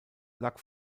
lag